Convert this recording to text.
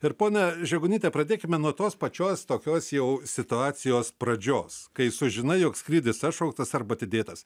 ir ponia žegunyte pradėkime nuo tos pačios tokios jau situacijos pradžios kai sužinai jog skrydis atšauktas arba atidėtas